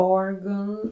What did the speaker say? organ